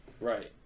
Right